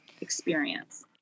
experience